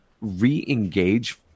re-engage